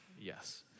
yes